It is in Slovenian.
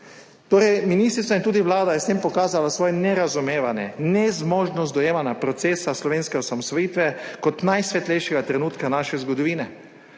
drugič. Ministrica in tudi vlada je s tem pokazala svoje nerazumevanje, nezmožnost dojemanja procesa slovenske osamosvojitve kot najsvetlejšega trenutka naše zgodovine.